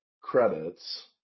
credits